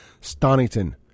Stonington